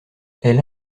elle